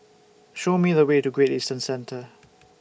Show Me The Way to Great Eastern Centre